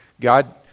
God